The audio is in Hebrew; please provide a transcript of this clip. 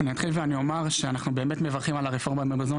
אתחיל ואומר שאנחנו באמת מברכים על רפורמת המזון